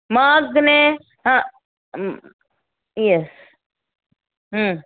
મગ ને હઁ hmm yes હમ